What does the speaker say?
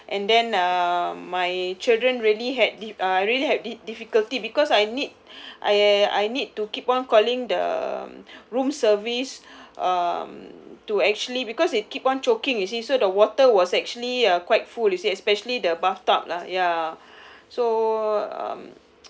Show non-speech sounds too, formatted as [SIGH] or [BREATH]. and then uh my children really had di~ uh really have di~ difficulty because I need [BREATH] I I need to keep on calling the room service [BREATH] um to actually because it keep on choking you see so the water was actually uh quite full you see especially the bathtub lah ya [BREATH] so um